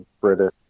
British